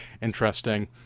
interesting